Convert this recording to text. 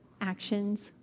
actions